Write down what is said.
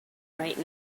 right